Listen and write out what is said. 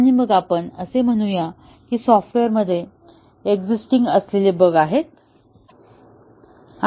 आणि मग आपण असे म्हणूया की हे सॉफ्टवेअरमध्ये एक्सिस्टिंग असलेले बग आहेत